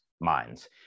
minds